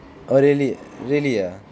oh really really ah